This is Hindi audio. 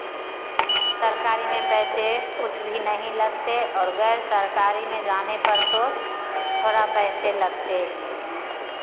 सरकारी में पैसे कुछ भी नहीं लगते और गैर सरकारी में जाने पर तो थोड़ा पैसे लगते ही हैं